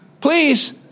please